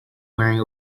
wearing